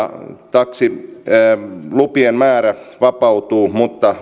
ja taksilupien määrä vapautuu mutta